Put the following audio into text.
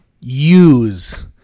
use